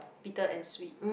bitter and sweet